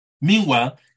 Meanwhile